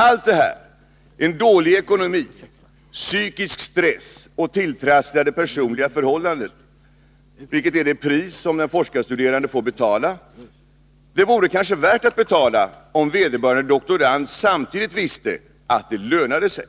Allt detta, en dålig ekonomi, psykisk stress och tilltrasslade personliga förhållanden, vilket är det pris som den forskarstuderande får betala, vore kanske värt att betala om vederbörande doktorand samtidigt visste att det lönade sig.